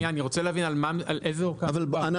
שנייה, אני רוצה להבין על איזה אורכה מדובר?